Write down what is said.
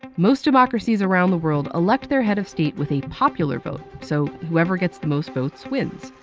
most democracies around the world elect their head of state with a popular vote so, whoever gets the most votes wins.